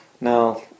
Now